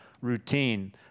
routine